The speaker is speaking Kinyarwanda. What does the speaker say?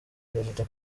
perezida